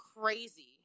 crazy